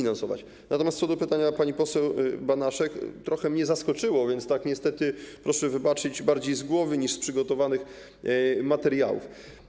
Natomiast co do pytania pani poseł Banaszek, trochę mnie ono zaskoczyło, więc niestety, proszę wybaczyć, odpowiem bardziej z głowy niż z przygotowanych materiałów.